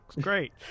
Great